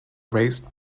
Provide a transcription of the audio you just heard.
raised